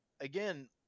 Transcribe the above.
again